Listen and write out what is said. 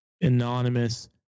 anonymous